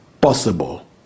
possible